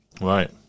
Right